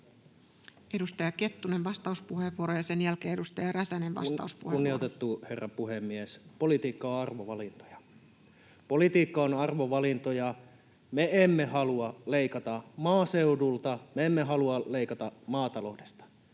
Edustaja Kettunen, vastauspuheenvuoro, ja sen jälkeen edustaja Räsänen, vastauspuheenvuoro. Kunnioitettu puhemies! Politiikka on arvovalintoja. Politiikka on arvovalintoja: me emme halua leikata maaseudulta, me emme halua leikata maataloudesta.